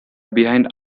behind